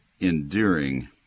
endearing